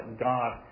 God